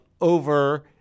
over